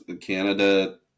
Canada